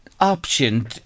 option